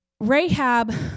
Rahab